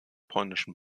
polnischen